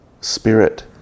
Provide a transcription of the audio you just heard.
spirit